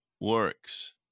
works